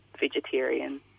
vegetarian